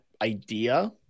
idea